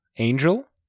Angel